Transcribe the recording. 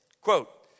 quote